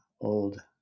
old